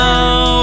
Now